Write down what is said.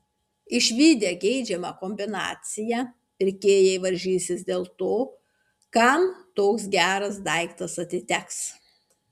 išvydę geidžiamą kombinaciją pirkėjai varžysis dėl to kam toks geras daiktas atiteks